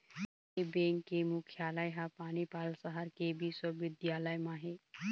ए bank के मुख्यालय ह मनिपाल सहर के बिस्वबिद्यालय म हे